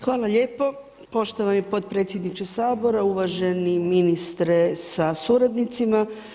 Hvala lijepo, poštovani potpredsjedniče Sabora, uvaženi ministre sa suradnicima.